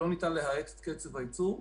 לא ניתן להאט את קצב הייצור.